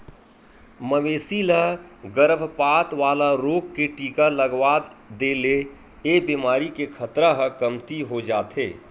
मवेशी ल गरभपात वाला रोग के टीका लगवा दे ले ए बेमारी के खतरा ह कमती हो जाथे